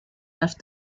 left